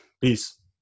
peace